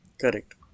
Correct